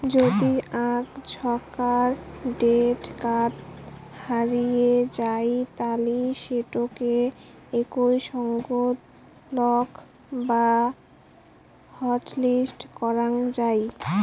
যদি আক ঝন্কার ডেবট কার্ড হারিয়ে যাই তালি সেটোকে একই সঙ্গত ব্লক বা হটলিস্ট করাং যাই